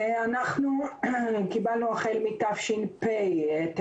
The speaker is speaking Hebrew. החל מתש"פ קיבלנו